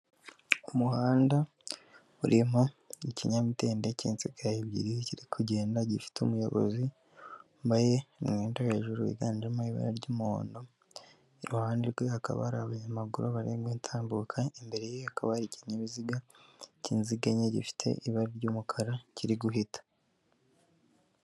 Umuhanda urimo ikinyamitende cy'insigaye ebyiri kiri kugenda, gifite umuyobozi wambaye mwenda hejuru wiganjemo ibara ry'umuhondo, iruhande rwe hakaba hari abanyamaguru bari gutambuka, imbere ye hakaba hari ikinkinyabiziga cy'inziga eye gifite ibara ry'umukara kiri guhita.